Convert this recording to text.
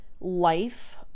life